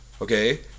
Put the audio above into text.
okay